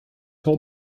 have